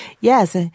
Yes